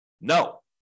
No